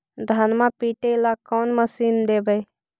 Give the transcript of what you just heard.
धनमा पिटेला कौन मशीन लैबै?